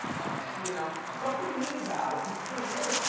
okay. you know ah don't be mean about it, cause three years,